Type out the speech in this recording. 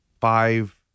five